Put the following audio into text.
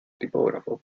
tipógrafo